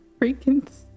freaking